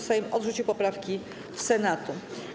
Sejm odrzucił poprawki Senatu.